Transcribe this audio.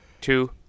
two